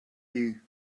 you